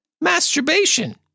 masturbation